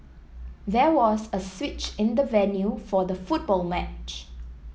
there was a switch in the venue for the football match